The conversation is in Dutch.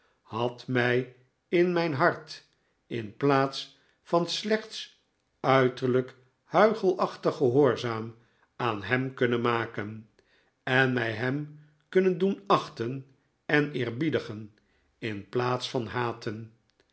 had mij in mijn hart in plaats van slechts uiterlijk huichelachtig gehoorzaam aan hem kunnen maken en mij hem kunnen doen achten en eerbiedigen in plaats van haten